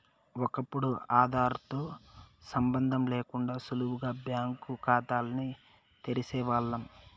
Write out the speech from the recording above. ఒకప్పుడు ఆదార్ తో సంబందం లేకుండా సులువుగా బ్యాంకు కాతాల్ని తెరిసేవాల్లం